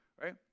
right